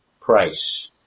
price